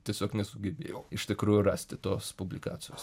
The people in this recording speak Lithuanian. tiesiog nesugebėjau iš tikrųjų rasti tos publikacijos